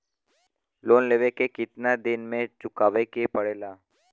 Loan लेवे के कितना दिन मे चुकावे के पड़ेला?